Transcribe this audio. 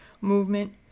movement